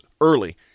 early